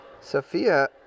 Sophia